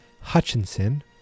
Hutchinson